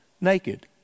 naked